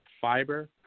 fiber